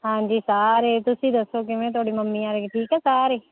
ਹਾਂਜੀ ਸਾਰੇ ਤੁਸੀਂ ਦੱਸੋ ਕਿਵੇਂ ਤੁਹਾਡੀ ਮੰਮੀ ਹੋਣੀ ਠੀਕ ਆ ਸਾਰੇ